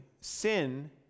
sin